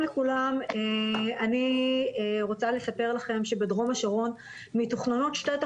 אני לא יודע מאיפה הנתונים שאומרים ששם כבר מסתערים על אנרגיה מתחדשת.